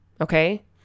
okay